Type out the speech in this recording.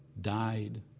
died